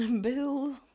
Bill